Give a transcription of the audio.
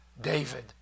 David